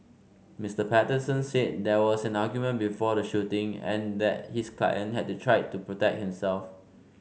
Mister Patterson said there was an argument before the shooting and that his client had tried to protect himself